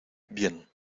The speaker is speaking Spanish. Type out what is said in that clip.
bien